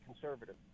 conservative